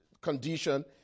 condition